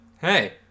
Hey